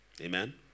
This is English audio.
Amen